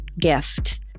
gift